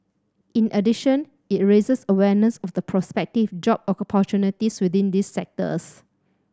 in addition it raises awareness of the prospective job opportunities within these sectors